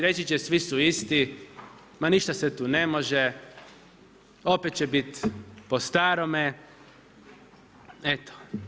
Reći će svi su isti, ma ništa se tu ne može, opet će biti po starome, eto.